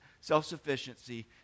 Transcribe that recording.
self-sufficiency